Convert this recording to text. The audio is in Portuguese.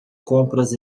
compras